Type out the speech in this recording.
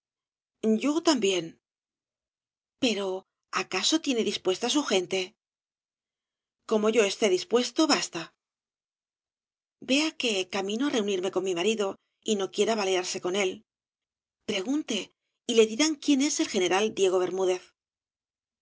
yo también pero acaso tiene dispuesta su gente como yo esté dispuesto basta vea que camino á reunirme con mi marido y no quiera balearse con él pregunte y le dirán quién es el general diego bermúdez